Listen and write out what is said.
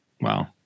Wow